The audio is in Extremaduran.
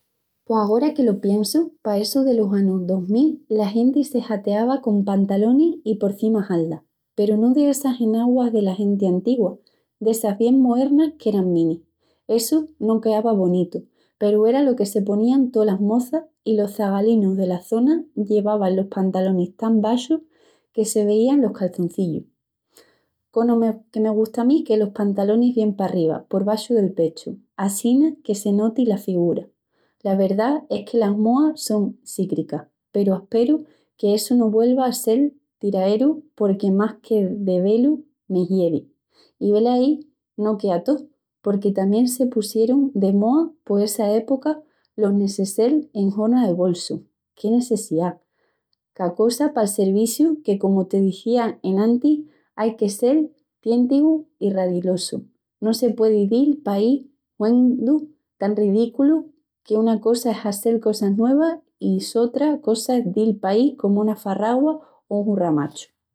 Pos agora que lo piensu, pa essu delos añus dos mil, la genti se hateava con pantalonis i porcima haldas. Peru no d'essas enaguas dela genti antigua, d'essas bien moernas, qu'eran minis. Essu no queava bonitu, peru era lo que se ponían toas las moças i los zagalinus dela zona llevavan los pantalonis tan baxus que se vían los calçoncillus. Cono que me gusta a mí los pantalonis bien parriba, por baxu del pechu, assina que se noti la figura. La verdá es que las moas son cícricas, peru asperu qu'essu no vuelva a sel tiraeru porque más que de vélu me hiedi. I velaí no quea tó, porque tamién se pusiorin de moa por essa epoca los necessel en horma de bolsu. Qué necessiá! Cá cosa pal su serviciu, que, comu te dizía enantis, ai de sel téntigu i ralidosu. No se puei dil paí huendu tan redículu, que una cosa es hazel cosas nuevas i sotra cosa es dil paí comu una farragua o un hurramachu.